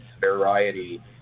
variety